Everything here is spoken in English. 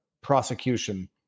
prosecution